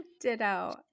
Ditto